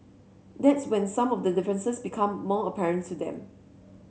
that's when some of the differences become more apparent to them